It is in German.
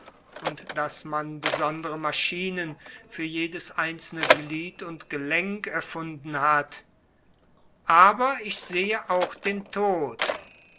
und besondere maschinen für jedes einzelne glied und gelenk erfunden hat ich sehe auch den tod